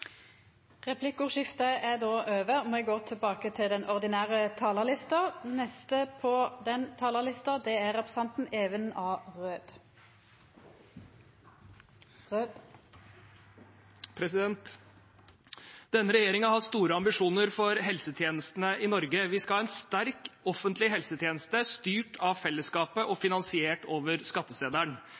er bærekraftig. Replikkordskiftet er over. Denne regjeringen har store ambisjoner for helsetjenestene i Norge. Vi skal ha en sterk offentlig helsetjeneste styrt av fellesskapet og finansiert over